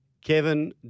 Kevin